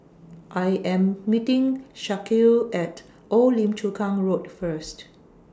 I Am meeting Shaquille At Old Lim Chu Kang Road First